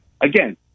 Again